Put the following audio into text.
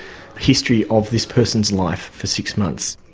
history of this person's life for six months.